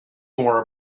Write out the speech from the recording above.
more